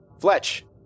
Fletch